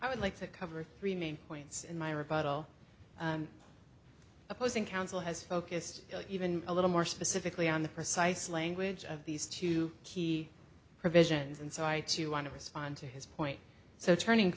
i would like to cover three main points in my rebuttal opposing counsel has focused even a little more specifically on the precise language of these two key provisions and so i too want to respond to his point so turning